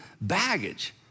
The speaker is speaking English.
baggage